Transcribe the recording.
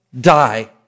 die